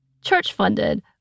church-funded